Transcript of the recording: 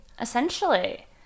Essentially